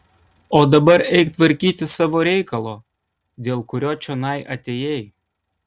o dabar eik tvarkyti savo reikalo dėl kurio čionai atėjai